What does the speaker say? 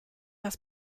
das